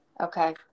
Okay